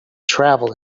travel